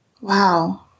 Wow